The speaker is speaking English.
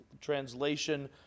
translation